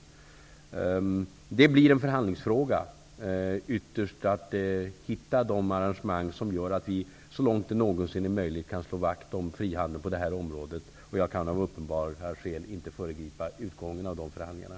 Det blir ytterst en förhandlingsfråga att hitta de arrangemang som gör att vi så långt det någonsin är möjligt kan slå vakt om frihandeln på det här området. Jag kan av uppenbara skäl inte föregripa utgången av de förhandlingarna.